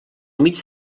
mig